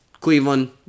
Cleveland